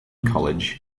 college